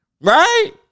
right